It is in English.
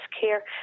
care